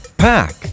pack